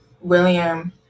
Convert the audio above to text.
William